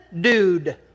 dude